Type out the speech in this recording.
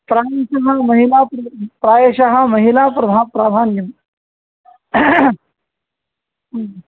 प्रायशः महिला प्रायशः महिलाप्रभा प्राधान्यम्